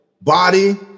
body